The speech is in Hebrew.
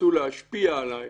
שניסו להשפיע עליי